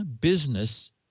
business